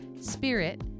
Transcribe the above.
Spirit